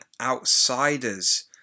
Outsiders